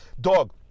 Dog